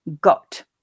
got